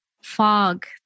fog